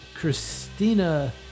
Christina